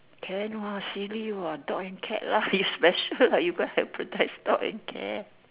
can what silly what dog and cat lah you special lah you go and hybridise dog and cat